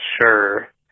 sure